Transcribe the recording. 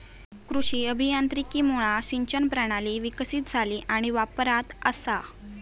कृषी अभियांत्रिकीमुळा सिंचन प्रणाली विकसीत झाली आणि वापरात असा